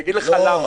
אגיד לך למה.